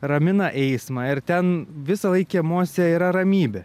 ramina eismą ir ten visąlaik kiemuose yra ramybė